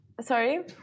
Sorry